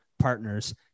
partners